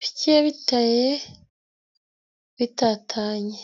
bigiye biteye bitatanye.